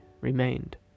remained